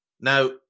Now